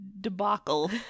debacle